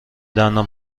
دندان